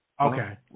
Okay